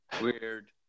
weird